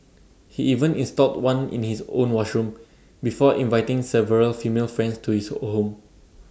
he even installed one in his own washroom before inviting several female friends to his home